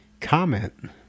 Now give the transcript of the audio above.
comment